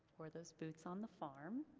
wear those boots on the farm.